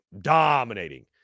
Dominating